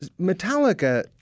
Metallica